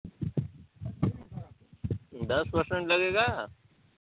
दस पर्सेन्ट लगेगा